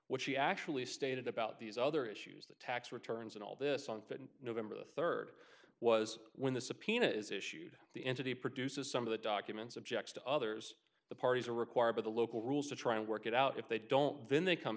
what she actually stated about these other issues the tax returns and all this on that in november the third was when the subpoena is issued the entity produces some of the documents objects to others the parties are required by the local rules to try and work it out if they don't then they come